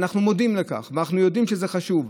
אנחנו מודעים לכך ואנחנו יודעים שזה חשוב,